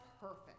perfect